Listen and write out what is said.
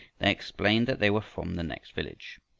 they explained that they were from the next village.